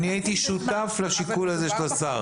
אני הייתי שותף לשיקול הזה של השר.